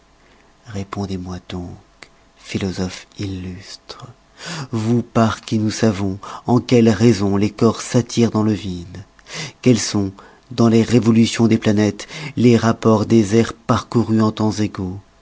répondez-moi donc philosophes illustres vous par qui nous savons en quelles raisons les corps s'attirent dans le vide quels sont dans les révolutions des planètes les rapports des aires parcourues en temps égaux